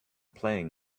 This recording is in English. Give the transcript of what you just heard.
playing